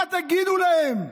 מה תגידו להם?